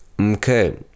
okay